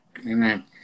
Amen